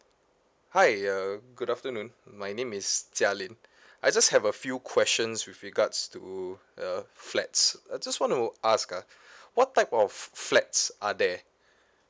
hi uh good afternoon my name is chia lin I just have a few questions with regards to the flats I just want to ask ah what type of flats are there